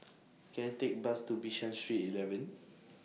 Can I Take A Bus to Bishan Street eleven